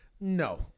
No